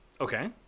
Okay